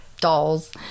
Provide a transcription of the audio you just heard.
dolls